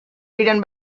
written